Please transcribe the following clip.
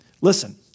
Listen